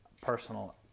personal